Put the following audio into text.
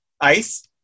Ice